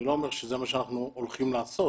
אני לא אומר שזה מה שאנחנו הולכים לעשות,